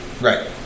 right